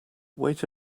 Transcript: wait